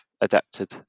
adapted